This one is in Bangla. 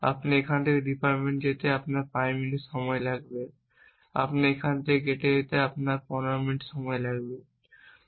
আপনি এখান থেকে ডিপার্টমেন্টে যেতে আপনার 5 মিনিট লাগবে আপনি এখান থেকে গেটে যেতে আপনার 15 মিনিট সময় লাগতে পারে